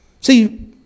See